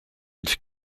its